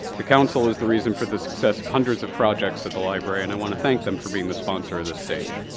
the council is the reason for the success of hundreds of projects at the library and i want to thank them for being the sponsor of this stage.